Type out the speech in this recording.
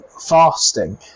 fasting